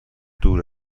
دور